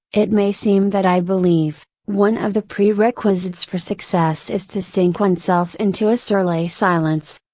it may seem that i believe, one of the prerequisites for success is to sink oneself into a surly silence.